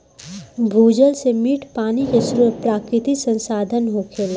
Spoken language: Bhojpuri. भूजल से मीठ पानी के स्रोत प्राकृतिक संसाधन होखेला